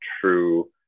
true